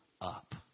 up